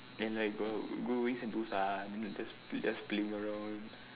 and like go going Sentosa then just play~ playing around